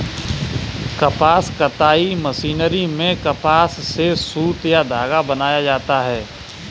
कपास कताई मशीनरी में कपास से सुत या धागा बनाया जाता है